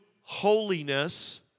holiness